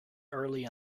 early